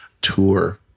tour